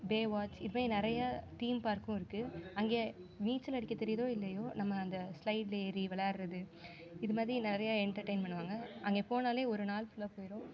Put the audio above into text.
Baywatch இதுமாதிரி நிறைய theme பார்க்கும் இருக்குது அங்கே நீச்சல் அடிக்கத் தெரியுதோ இல்லையோ நம்ம அந்த ஸ்லைடில் ஏறி வெளையாடறது இதுமாதிரி நிறைய எண்டர்டைன் பண்ணுவாங்க அங்கே போனாலே ஒரு நாள் ஃபுல்லாக போயிடும்